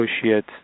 associate